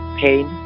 pain